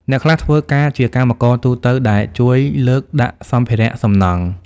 អ្នកខ្លះធ្វើការជាកម្មករទូទៅដែលជួយលើកដាក់សម្ភារៈសំណង់។